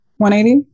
180